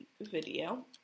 video